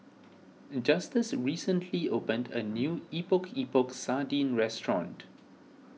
Justus recently opened a new Epok Epok Sardin restaurant